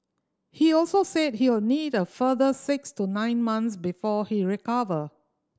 he also said he will need a further six to nine months before he recover